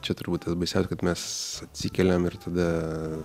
čia turbūt baisiausia kad mes atsikeliam ir tada